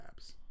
apps